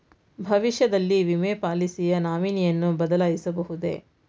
ಭವಿಷ್ಯದಲ್ಲಿ ವಿಮೆ ಪಾಲಿಸಿಯ ನಾಮಿನಿಯನ್ನು ಬದಲಾಯಿಸಬಹುದೇ?